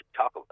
talk